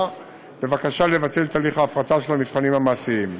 בבקשה לבטל את הליך ההפרטה של המבחנים המעשיים.